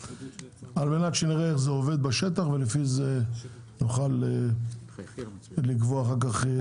על מנת שנראה איך זה עובד בשטח ולפי זה נוכל לקבוע אחר כך.